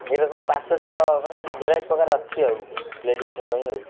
ଏଇଟା କ'ଣ ପାଞ୍ଚ ଛଅ ମାନେ ଭେରାଇଟି ପ୍ରକାର ଅଛି ଆଉ ଲେଡ଼ିସ୍ଙ୍କ ପାଇଁ ଆଉ